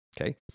Okay